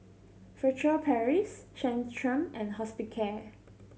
Furtere Paris Centrum and Hospicare